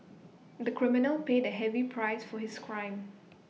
the criminal paid A heavy price for his crime